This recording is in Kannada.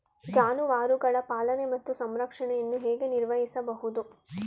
ಜಾನುವಾರುಗಳ ಪಾಲನೆ ಮತ್ತು ಸಂರಕ್ಷಣೆಯನ್ನು ಹೇಗೆ ನಿರ್ವಹಿಸಬಹುದು?